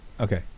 Okay